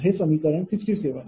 हे समीकरण 67आहे